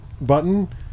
button